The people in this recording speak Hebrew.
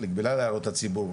בגלל הערות הציבור,